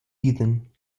eden